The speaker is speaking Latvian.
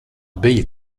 bija